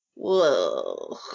Whoa